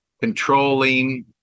controlling